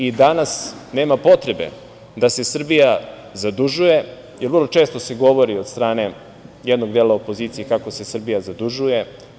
I danas nema potrebe da se Srbija zadužuje, jer vrlo često se govori od strane jednog dela opozicije kako se Srbija zadužuje.